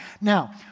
Now